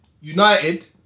United